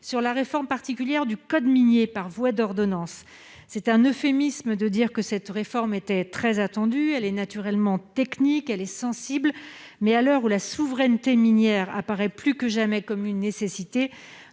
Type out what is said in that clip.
sur la réforme particulière du code minier par voie d'ordonnance, c'est un euphémisme de dire que cette réforme était très attendue, elle est naturellement technique, elle est sensible, mais à l'heure où la souveraineté minière apparaît plus que jamais comme une nécessité,